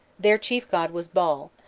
their chief god was baal,